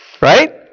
Right